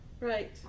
Right